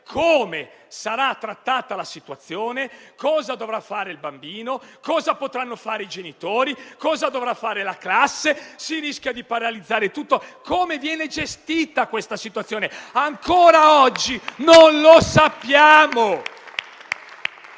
come sarà affrontata la situazione, cosa dovrà fare il bambino, cosa potranno fare i genitori, cosa dovrà fare la classe. Si rischia di paralizzare tutto. Come viene gestita questa situazione? Ancora oggi non lo sappiamo.